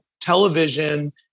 television